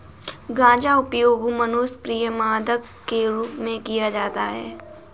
गांजा उपयोग मनोसक्रिय मादक के रूप में किया जाता है